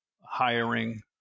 hiring